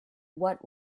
what